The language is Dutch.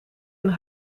een